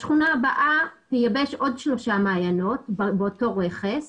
השכונה הבאה תייבש עוד שלושה מעיינות באותו רכס